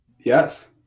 Yes